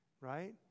Right